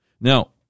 Now